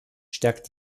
stärkt